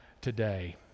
today